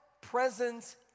presence